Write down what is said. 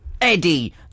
Eddie